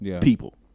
people